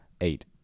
Eight